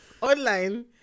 online